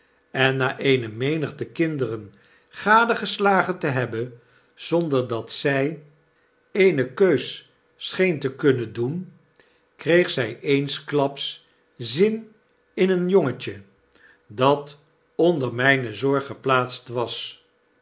en na eene menigte kinderen gadegeslagen te hebben zonder dat zy eene keus scheen te kunnen doen kreeg zij eensklaps zin in een jongetje dat onder myne zorg geplaatst was